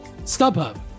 StubHub